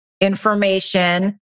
information